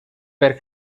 per